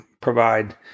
provide